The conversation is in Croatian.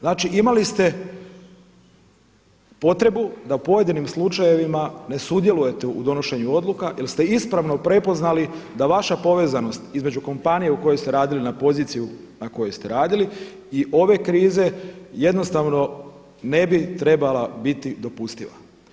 Znači imali ste potrebu da u pojedinim slučajevima ne sudjelujete u donošenju odluka, jer ste ispravno prepoznali da vaša povezanost između kompanije u kojoj ste radili na poziciji na kojoj ste radili i ove krize jednostavno ne bi trebala biti dopustiva.